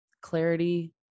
Clarity